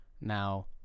now